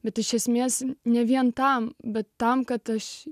bet iš esmės ne vien tam bet tam kad aš